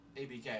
ABK